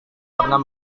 pernah